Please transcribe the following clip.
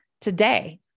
today